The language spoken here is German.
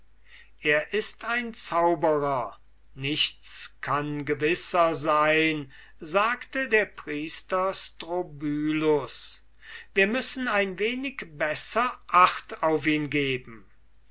er ist ein zauberer nichts kann gewisser sein sagte der priester strobylus wir müssen ein wenig besser acht auf ihn geben